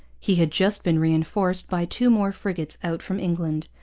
he had just been reinforced by two more frigates out from england.